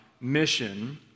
mission